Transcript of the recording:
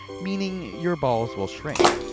meaning your balls will shrink.